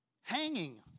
hanging